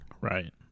Right